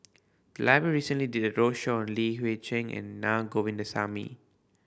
the library recently did a roadshow on Li Hui Cheng and Na Govindasamy